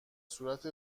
صورت